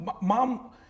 mom